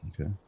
Okay